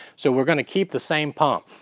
so we're going to keep the same pump.